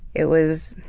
it was.